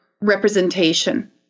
representation